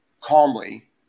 calmly